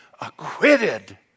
acquitted